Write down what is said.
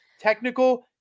technical